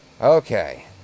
Okay